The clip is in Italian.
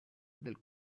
del